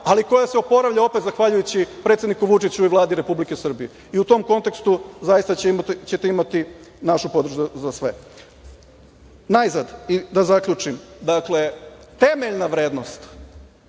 ali koja se oporavlja opet zahvaljujući predsedniku Vučiću i Vladi Republike Srbije. U tom kontekstu zaista ćete imati našu podršku za sve. Najzad i da zaključim, dakle, temeljna vrednost